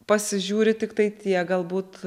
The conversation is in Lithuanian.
pasižiūri tiktai tiek galbūt